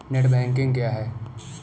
Net banking क्या है?